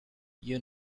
you